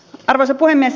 arvoisa puhemies